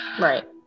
Right